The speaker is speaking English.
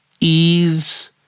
ease